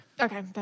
Okay